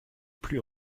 plus